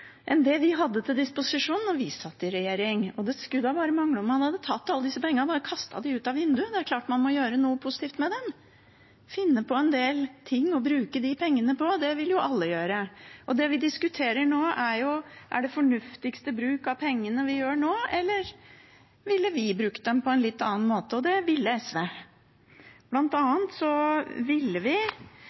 enn det vi hadde til disposisjon da vi satt i regjering. Det skulle da bare mangle om man hadde tatt alle disse pengene og bare kastet dem ut av vinduet, det er klart at man må gjøre noe positivt med dem, finne på en del ting å bruke de pengene på – det ville jo alle gjøre. Det vi diskuterer nå, er jo om det er den fornuftigste bruken av pengene vi gjør nå, eller om vi kunne brukt dem på en litt annen måte. Og det ville SV